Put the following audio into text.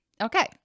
Okay